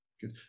good